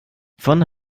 von